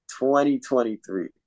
2023